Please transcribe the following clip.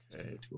Okay